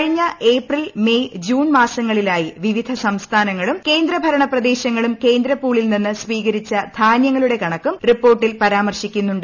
കഴിഞ്ഞ April May June മാസങ്ങളിലായി വിവിധ സംസ്ഥാനങ്ങളും കേന്ദ്രഭരണ പ്രദേശങ്ങളും കേന്ദ്രപൂളിൽ നിന്ന് സ്വീകരിച്ച ധാന്യങ്ങളുടെ കണക്കും റിപ്പോർട്ടിൽ പരാമർശിക്കുന്നുണ്ട്